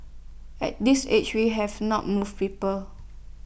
at this age we have none moved people